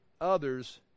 others